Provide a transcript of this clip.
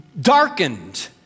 darkened